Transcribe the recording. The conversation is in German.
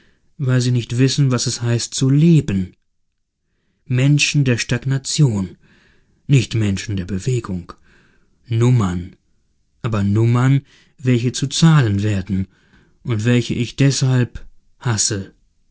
weil sie nicht wissen was es heißt zu leben menschen der stagnation nicht menschen der bewegung nummern aber nummern welche zu zahlen werden und welche ich deshalb hasse